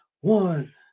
one